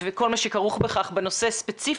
וכל מה שכרוך בכך בנושא ספציפית,